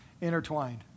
intertwined